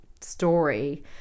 story